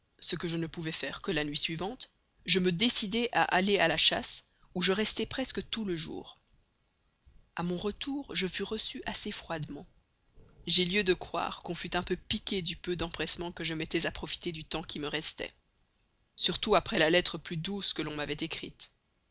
ce que je ne pouvais faire que la nuit suivante je me décidai à aller à la chasse où je restai presque tout le jour a mon retour je fus reçu assez froidement j'ai lieu de croire qu'on fut un peu piqué du peu d'empressement que je mettais à profiter du temps qui me restait surtout après la lettre plus douce que l'on m'avait écrite